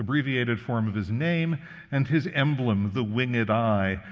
abbreviated form of his name and his emblem, the winged eye,